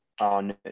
on